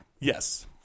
Yes